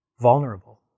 vulnerable